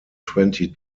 twenty